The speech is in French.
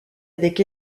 avec